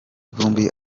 vumbi